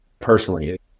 personally